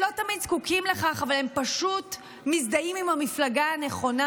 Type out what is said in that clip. שלא תמיד זקוקים לכך אבל הם פשוט מזדהים עם המפלגה הנכונה,